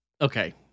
Okay